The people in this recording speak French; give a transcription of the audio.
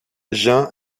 jean